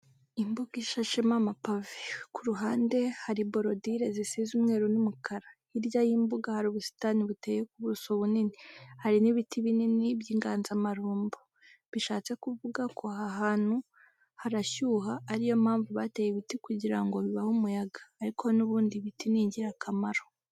Imbuga ishashemo amapave, ku ruhande hari borodire zisize umweru n'umukara hirya y'imbuga hari ubusitani buteye ku buso bunini, hari n'ibiti binini by'inganzamarumbo. Bishatse kuvuga ko aha hantu harashyuha ariyo mpamvu bateye ibiti kugira ngo bibahe umuyaga ariko n'ubundi ibiti n'ingirakamaro.